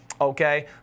Okay